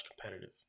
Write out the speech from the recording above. competitive